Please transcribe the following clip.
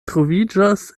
troviĝas